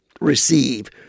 receive